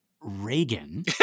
Reagan